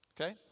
okay